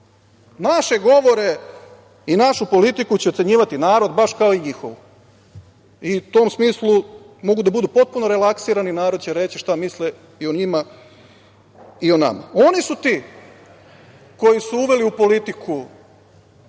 Naše govore i našu politiku će ocenjivati narod, baš kao i njihovu, i u tom smislu mogu da budu potpuno relaksirani, narod će reći šta misle i o njima, i o nama. Oni su ti koji su uveli u politiku